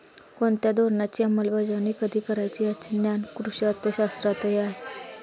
कोणत्या धोरणाची अंमलबजावणी कधी करायची याचे ज्ञान कृषी अर्थशास्त्रातही आहे